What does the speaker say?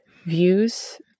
views